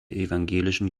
evangelischen